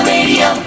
Radio